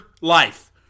life